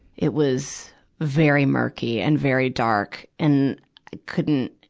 it was very murky and very dark and i couldn't,